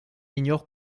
ignore